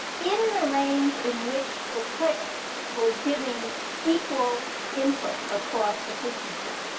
in the range in which the click was giving equal input across the frequencies.